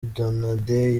donadei